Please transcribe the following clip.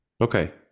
Okay